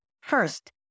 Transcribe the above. First